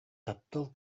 таптал